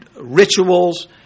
rituals